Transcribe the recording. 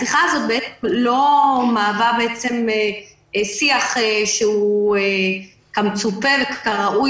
השיחה הזו לא מהווה שיח שהוא כמצופה וכראוי